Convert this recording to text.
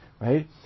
right